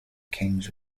kings